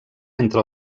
entre